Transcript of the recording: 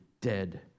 dead